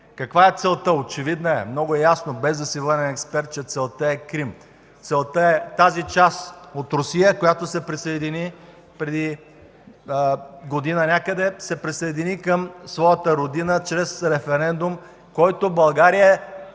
Каква е целта? – Очевидна е. Много е ясно, без да си военен експерт, че целта е Крим. Целта е тази част от Русия, която се присъедини някъде преди година към своята родина чрез референдум, който България,